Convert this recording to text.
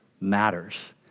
matters